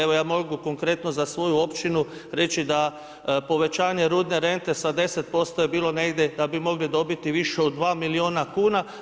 Evo ja mogu konkretno za svoju općinu reći da povećanje rudne rente sa 10% je bilo negdje da bi mogli dobiti više od 2 milijuna kuna.